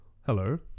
hello